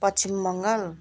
Paschim Bengal